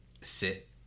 sit